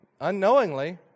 unknowingly